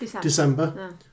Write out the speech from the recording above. December